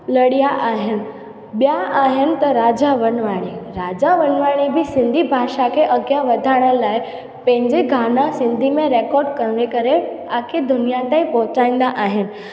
लड़िया आहिनि ॿिया आहिनि त राजा वनवाणी राजा वनवाणी बि सिंधी भाषा खे अॻियां वधाइण लाइ पंहिंजे गाना सिंधी में रेकॉड करे करे आगे दुनिया ताईं पहुंचाईंदा आहिनि